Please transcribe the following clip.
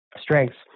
strengths